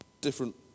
Different